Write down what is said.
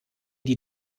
die